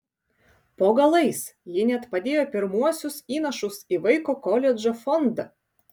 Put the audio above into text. po galais ji net padėjo pirmuosius įnašus į vaiko koledžo fondą